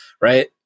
right